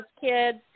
kids